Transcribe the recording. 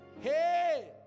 Hey